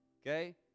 Okay